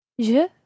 Je